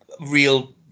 Real